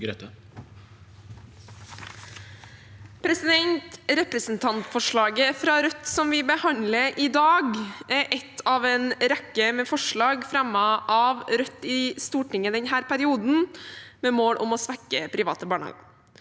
Representantforsla- get fra Rødt som vi behandler i dag, er ett av en rekke forslag fremmet av Rødt i Stortinget denne perioden, med mål om å svekke private barnehager.